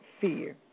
fear